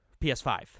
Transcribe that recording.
PS5